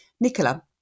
Nicola